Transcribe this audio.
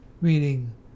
Meaning